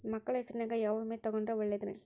ಮಕ್ಕಳ ಹೆಸರಿನ್ಯಾಗ ಯಾವ ವಿಮೆ ತೊಗೊಂಡ್ರ ಒಳ್ಳೆದ್ರಿ?